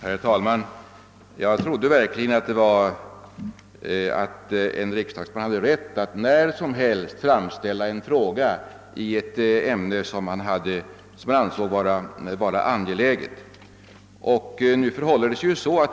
Herr talman! Jag trodde verkligen att en riksdagsman hade rätt att när som helst framställa en fråga i ett ämne som han ansåg vara angeläget.